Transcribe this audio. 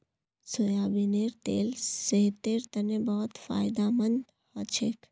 सोयाबीनेर तेल सेहतेर तने बहुत फायदामंद हछेक